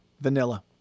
Vanilla